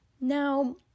Now